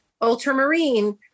ultramarine